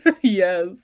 Yes